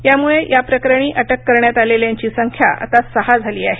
त्यामुळे याप्रकरणी अटक करण्यात आलेल्यांची संख्या आता सहा झाली आहे